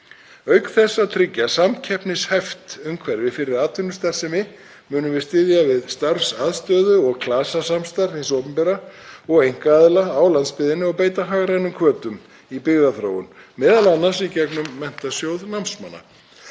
Auk þess að tryggja samkeppnishæft umhverfi fyrir atvinnustarfsemi munum við styðja við starfsaðstöðu og klasasamstarf hins opinbera og einkaaðila á landsbyggðinni og beita hagrænum hvötum í byggðaþróun, m.a. í gegnum Menntasjóð námsmanna.